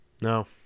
No